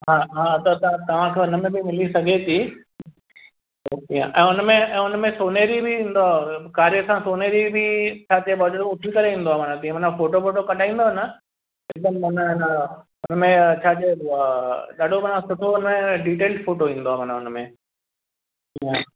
हा हा त तव्हां सां हुनमें बि मिली सघे थी त ऐं उनमें ऐं उनमें सोने जी बि ईंदव कारे खां सोने जी बि छा चएबो आहे उथी करे ईंदो आहे के माना फ़ोटो वोटो कढाईंदव ना हिकदमि माना हुनजो हुनमें छा चइबो आहे ॾाढो घणा सुठो फ़ोटो वारा डिटेल फ़ोटो ईंदो आहे माना हुनमें हा